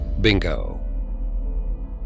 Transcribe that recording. Bingo